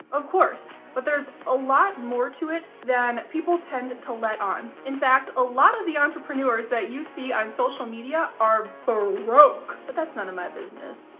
of course! but there's a lot more to it then people tend to to let on. in fact, a lot of the entrepreneurs that you see on social media are broke. but that's none of my business.